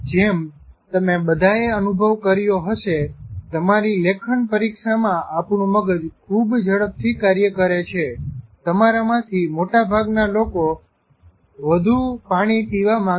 જેમ તમે બધાએ અનુભવ કર્યો હશે તમારી લેખન પરીક્ષામાં આપણું મગજ ખૂબ ઝડપથી કાર્ય કરે છે તમારામાંથી મોટા ભાગના લોકો વધુ પાણી પીવા માંગે છે